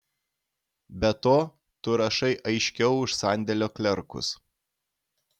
be to tu rašai aiškiau už sandėlio klerkus